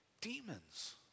demons